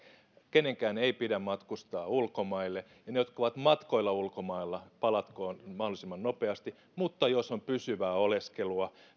kenenkään ei pidä matkustaa ulkomaille ja ne jotka ovat matkoilla ulkomailla palatkoot mahdollisimman nopeasti mutta jos on pysyvää oleskelua